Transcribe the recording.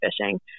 fishing